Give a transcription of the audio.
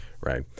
right